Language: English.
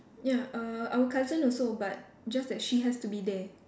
ya uh our cousin also but just that she has to be there